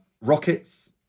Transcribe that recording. rockets